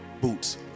boots